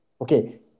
Okay